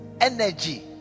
energy